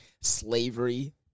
slavery